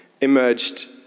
emerged